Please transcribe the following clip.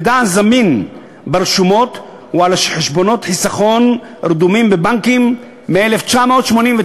המידע הזמין ברשומות הוא על חשבונות חיסכון רדומים בבנקים מ-1989,